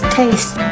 taste